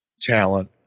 talent